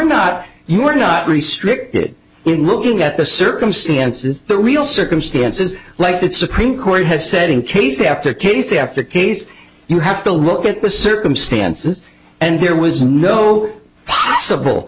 not you are not restricted in looking at the circumstances the real circumstances like that supreme court has said in case after case after case you have to look at the circumstances and there was no possible